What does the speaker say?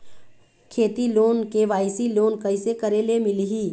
खेती loan KYC loan कइसे करे ले मिलही?